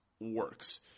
works